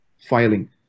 filing